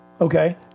Okay